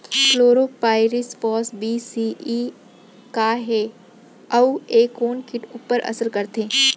Chlorpyrifos बीस C E हे अऊ ए कोन किट ऊपर असर करथे?